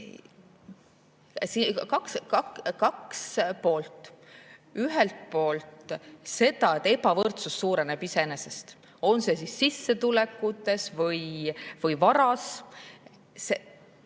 Kaks poolt. Ühelt poolt ebavõrdsus suureneb iseenesest, on see sissetulekutes või varas